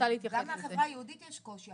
גם בחברה היהודית יש קושי,